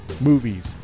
movies